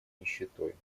нищетой